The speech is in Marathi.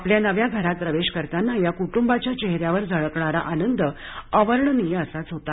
आपल्या नव्या घरात प्रवेश करताना या कुटुंबांच्या चेहऱ्यावर झळकणारा आनंद अवर्णवनीय असाच होता